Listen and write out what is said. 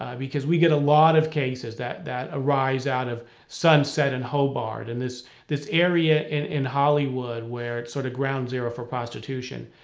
um because we get a lot of cases that that arise out of sunset and hobart in this this area in in hollywood, where it's sort of ground zero for prostitution.